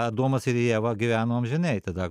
adomas ir ieva gyveno amžinai tada